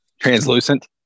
translucent